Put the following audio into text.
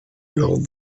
lors